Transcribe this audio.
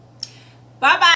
Bye-bye